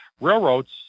railroads